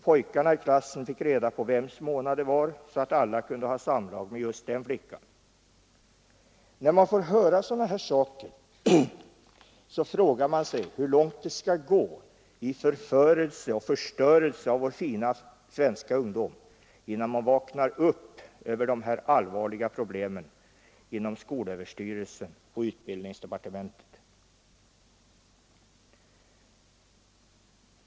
Pojkarna i klassen fick reda på vems ”månad” det var, så att alla kunde ha samlag med just den flickan. När man får höra sådana här saker frågar man sig hur långt det skall gå i förförelse och förstörelse av vår fina svenska ungdom innan skolöverstyrelsen och utbildningsdepartementet vaknar upp beträffande de här allvarliga problemen.